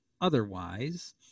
otherwise